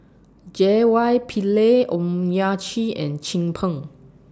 J Y Pillay Owyang Chi and Chin Peng